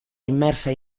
immersa